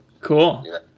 cool